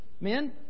Men